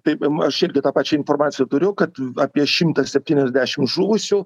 taip aš irgi tą pačią informaciją turiu kad apie šimtas septyniasdešim žuvusių